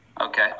Okay